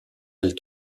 elle